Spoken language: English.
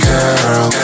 Girl